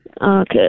Okay